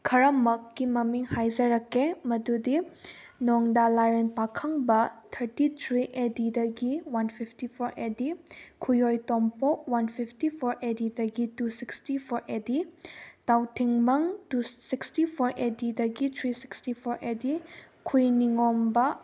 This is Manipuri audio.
ꯈꯔꯃꯛꯀꯤ ꯃꯃꯤꯡ ꯍꯥꯏꯖꯔꯛꯀꯦ ꯃꯗꯨꯗꯤ ꯅꯣꯡꯗꯥ ꯂꯥꯏꯔꯦꯟ ꯄꯥꯈꯪꯕ ꯊꯥꯔꯇꯤ ꯊ꯭ꯔꯤ ꯑꯦ ꯗꯤꯗꯒꯤ one fifty four A D ꯈꯨꯌꯣꯏ ꯇꯣꯝꯄꯣꯛ ꯋꯥꯟ ꯐꯤꯞꯇꯤ ꯐꯣꯔ ꯑꯦ ꯗꯤꯗꯒꯤ two sixty four A D ꯇꯥꯎꯊꯤꯡꯃꯪ ꯇꯨ ꯁꯤꯛꯁꯇꯤ ꯐꯣꯔ ꯑꯦ ꯗꯤꯗꯒꯤ three sixty four A D ꯈꯨꯏ ꯅꯤꯉꯣꯝꯕ